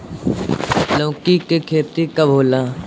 लौका के खेती कब होला?